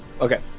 Okay